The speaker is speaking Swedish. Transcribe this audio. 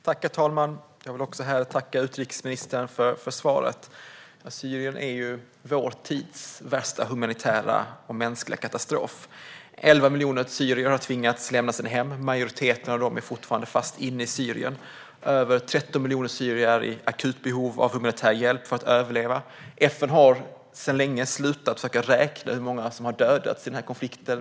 Herr talman! Jag vill tacka utrikesministern också för detta svar. Syrien är ju vår tids värsta mänskliga katastrof. 11 miljoner syrier har tvingats att lämna sina hem. Majoriteten av dem är fortfarande fast inne i Syrien. Över 13 miljoner syrier är i akut behov av humanitär hjälp för att överleva. FN har sedan länge slutat att försöka räkna hur många som har dödats i den här konflikten.